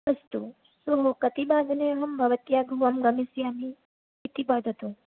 अस्तु तु कति वादने अहं भवत्याः गृहं गमिष्यामि इति वदतु